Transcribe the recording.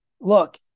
look